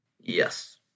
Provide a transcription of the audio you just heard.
Yes